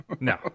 No